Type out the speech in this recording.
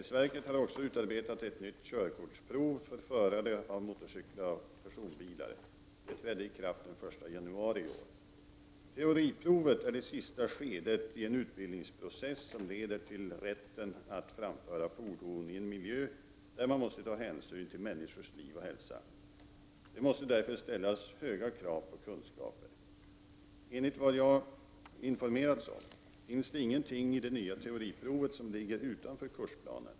TSV har också utarbetat ett nytt körkortsprov för förare av motorcyklar och personbilar. Det trädde i kraft den 1 januari i år. Teoriprovet är det sista skedet i en utbildningsprocess som leder till rätt att framföra fordon i en miljö där man måste ta hänsyn till människors liv och hälsa. Det måste därför ställas höga krav på kunskaper. Enligt vad jag informerats om finns det ingenting i det nya teoriprovet som ligger utanför kursplanen.